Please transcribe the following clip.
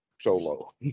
solo